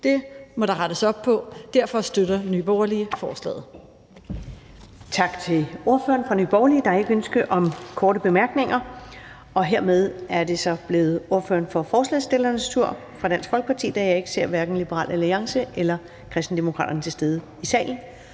Det må der rettes op på, og derfor støtter Nye Borgerlige forslaget.